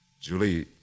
Julie